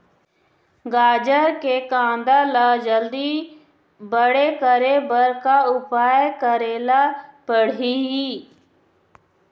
गाजर के कांदा ला जल्दी बड़े करे बर का उपाय करेला पढ़िही?